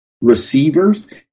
receivers